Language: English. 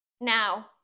Now